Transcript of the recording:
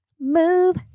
move